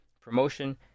promotion